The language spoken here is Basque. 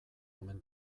omen